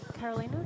Carolina